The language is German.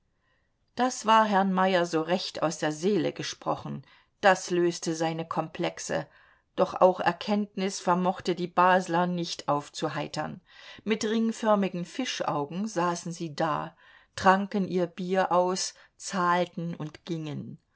das war herrn meyer so recht aus der seele gesprochen das löste seine komplexe doch auch erkenntnis vermochte die basler nicht aufzuheitern mit ringförmigen fischaugen saßen sie da tranken ihr bier aus zahlten und gingen